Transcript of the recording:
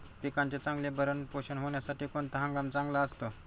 पिकाचे चांगले भरण पोषण होण्यासाठी कोणता हंगाम चांगला असतो?